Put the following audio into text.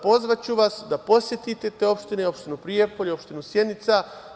Pozvaću vas da posetite te opštine, opštinu Prijepolje i opštinu Sjenica.